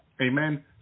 Amen